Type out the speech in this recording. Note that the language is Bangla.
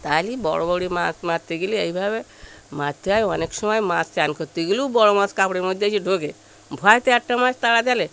তা হলে বড় বড় মাছ মারতে গেলে এই ভাবে মারতে হয় অনেক সময় মাছ স্নান করতে গেলেও বড় মাছ কাপড়ের মধ্যে এসে ঢোকে ভয়েতে একটা মাছ তারা জালে